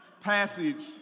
passage